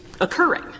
occurring